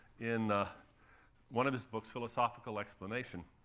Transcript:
in one of his books, philosophical explanations,